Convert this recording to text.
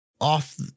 off